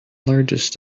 largest